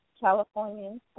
Californians